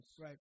Right